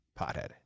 pothead